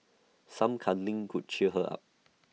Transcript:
some cuddling could cheer her up